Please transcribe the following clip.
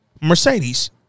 Mercedes